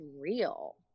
real